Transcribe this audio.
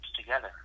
together